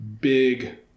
big